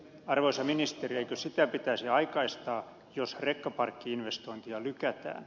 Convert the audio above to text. arvoisa ministeri eikö sitä pitäisi aikaistaa jos rekkaparkki investointeja lykätään